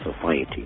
society